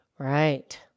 Right